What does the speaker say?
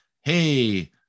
Hey